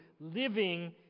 living